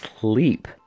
sleep